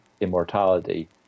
immortality